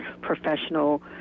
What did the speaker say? professional